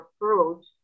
approach